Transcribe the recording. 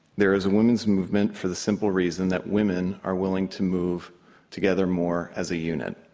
there is a women's movement for the simple reason that women are willing to move together more as a unit.